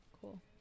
cool